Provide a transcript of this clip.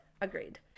Agreed